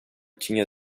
tinha